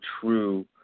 true